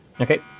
Okay